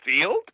field